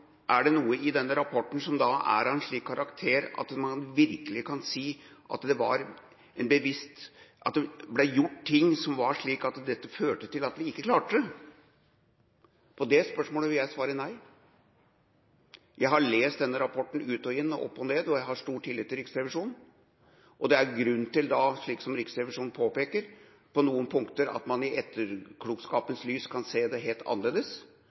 det er noe i denne rapporten som er av en slik karakter at man virkelig kan si at det var bevisst – at det ble gjort ting som var slik at det førte til at vi ikke klarte det. På det spørsmålet vil jeg svare nei. Jeg har lest denne rapporten ut og inn og opp og ned – og jeg har stor tillit til Riksrevisjonen – og det er på noen punkter grunn til, slik som Riksrevisjonen påpeker, å kunne se det helt annerledes